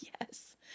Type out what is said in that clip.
Yes